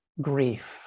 grief